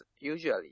usually